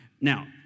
Now